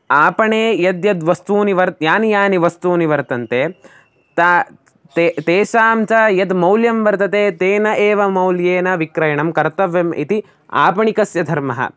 आपणे यद्यद्वस्तूनि वर्तते यानि यानि वस्तूनि वर्तन्ते ताः ते तेषां च यत् मौल्यं वर्तते तेन एव मौल्येन विक्रयणं कर्तव्यम् इति आपणिकस्य धर्मः